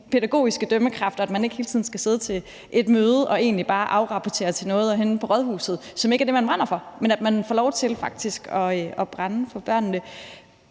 pædagogiske dømmekraft, og at man ikke hele tiden skal sidde til et møde og egentlig bare afrapportere henne på rådhuset, som ikke er det, man brænder for, men at man får lov til faktisk at brænde for børnene.